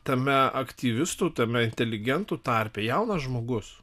tame aktyvistų tame inteligentų tarpe jaunas žmogus